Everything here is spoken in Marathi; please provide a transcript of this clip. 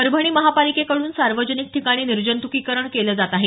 परभणी महापालिकेकड्रन सार्वजनिक ठिकाणी निर्जंतुकीकरण केलं जात आहे